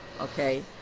Okay